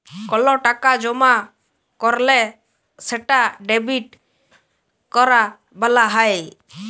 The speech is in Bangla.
কল টাকা জমা ক্যরলে সেটা ডেবিট ক্যরা ব্যলা হ্যয়